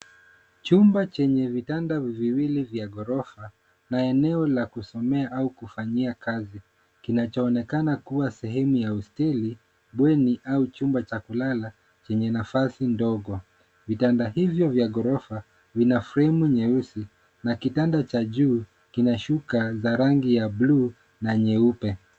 Chumba chenye vitanda viwili vya ghorofa na eneo la kusomea au kufanyia Kazi kinacho onekana kuwa sehemu ya hosteli, bweni au chumba cha kulala chenye nafasi ndogo. Vitanda hivyo vya ghorofa vina fremu nyeusi na kitanda cha juu kinashuka za rangi ya bluu na nyeupe.